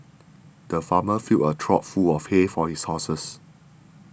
the farmer filled a trough full of hay for his horses